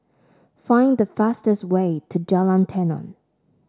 find the fastest way to Jalan Tenon